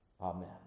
Amen